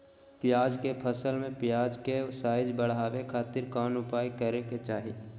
प्याज के फसल में प्याज के साइज बढ़ावे खातिर कौन उपाय करे के चाही?